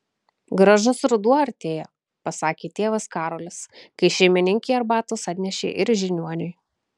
gražus ruduo artėja pasakė tėvas karolis kai šeimininkė arbatos atnešė ir žiniuoniui